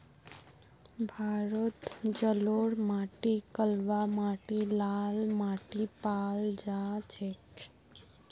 भारतत जलोढ़ माटी कलवा माटी लाल माटी पाल जा छेक